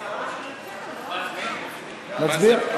מצביעים.